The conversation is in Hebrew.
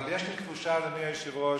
אבל יש לי תחושה, אדוני היושב-ראש,